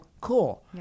cool